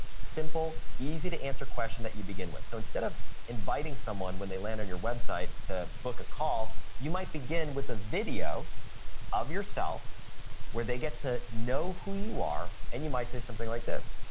simple, easy to answer question that you begin with. so, instead of inviting someone when they land on your website to book a call, you might begin with a video of yourself where they get to know who you are, and you might say something like this,